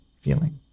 feeling